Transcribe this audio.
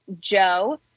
Joe